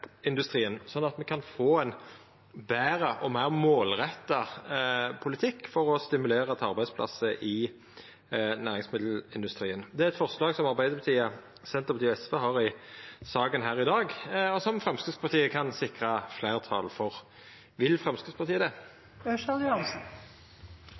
sånn at me kan få ein betre og meir målretta politikk for å stimulera til arbeidsplassar i næringsmiddelindustrien? Det er eit forslag som Arbeidarpartiet, Senterpartiet og SV har i saka her i dag, og som Framstegspartiet kan sikra fleirtal for.